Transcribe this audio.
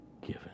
given